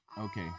Okay